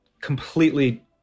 completely